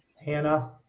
Hannah